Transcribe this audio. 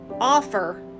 offer